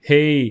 Hey